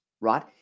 right